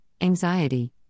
anxiety